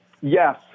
yes